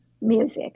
music